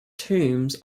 tombs